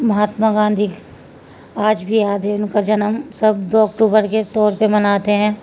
مہاتما گاندھی آج بھی یاد ہے ان کا جنم سب دو اکٹوبر کے طور پہ مناتے ہیں